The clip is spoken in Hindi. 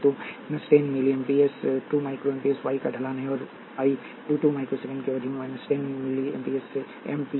तो 10 milli amps 2 microsecond Y 1 का ढलान है और आई 2 2 माइक्रो सेकेंड की अवधि में 10 मिली एएमपीएस से 10 मिली एएमपीएस तक बढ़ रहा है